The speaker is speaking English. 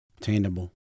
Attainable